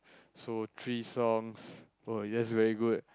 so three songs oh that's very good